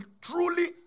truly